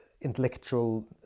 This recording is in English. intellectual